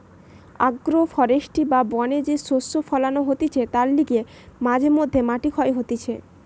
agro forestry বা বনে যে শস্য ফোলানো হতিছে তার লিগে মাঝে মধ্যে মাটি ক্ষয় হতিছে